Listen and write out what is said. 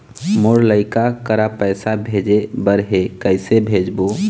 मोर लइका करा पैसा भेजें बर हे, कइसे भेजबो?